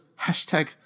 hashtag